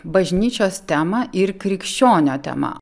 bažnyčios temą ir krikščionio temą